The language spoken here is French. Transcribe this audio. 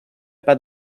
pas